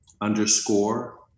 underscore